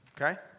okay